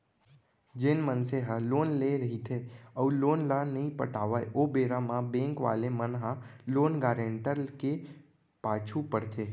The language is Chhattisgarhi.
जेन मनसे ह लोन लेय रहिथे अउ लोन ल नइ पटाव ओ बेरा म बेंक वाले मन ह लोन गारेंटर के पाछू पड़थे